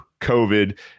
COVID